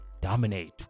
dominate